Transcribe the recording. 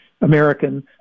American